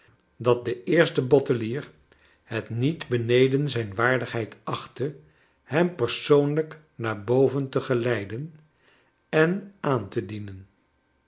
dat de eerste botteller het niet beneden zijn waardigheid achtte hem persoonlijk naar boven te geleiden en aan te dienen